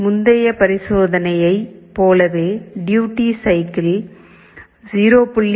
முந்தைய பரிசோதனையை போலவே டூயுட்டி சைக்கிள் 0